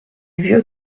vieux